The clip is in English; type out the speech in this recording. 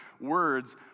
words